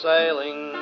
sailing